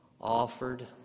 offered